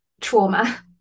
trauma